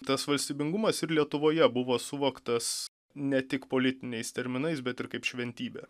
tas valstybingumas ir lietuvoje buvo suvoktas ne tik politiniais terminais bet ir kaip šventybė